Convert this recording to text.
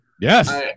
Yes